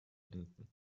enden